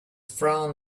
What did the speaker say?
frown